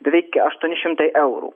beveik aštuoni šimtai eurų